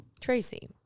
Tracy